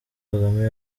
kagame